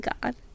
god